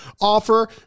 offer